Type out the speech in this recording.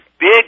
big